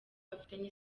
afitanye